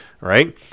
right